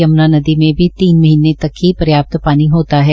यम्ना नदी में भी तीन महीनें तक ही पर्याप्त पानी होता है